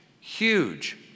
huge